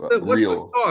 real